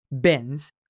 bins